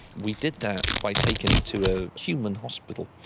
we did that by taking it to a human hospital,